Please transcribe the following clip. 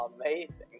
amazing